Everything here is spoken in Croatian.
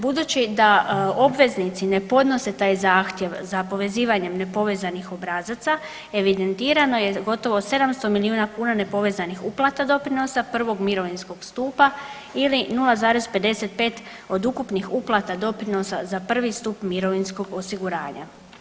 Budući da obveznici ne podnose taj zahtjev za povezivanjem nepovezanih obrazaca evidentirano je gotovo 700 miliona kuna nepovezanih uplata doprinosa prvog mirovinskog stupa ili 0,55 od ukupnih uplata doprinosa za prvi stup mirovinskog osiguranja.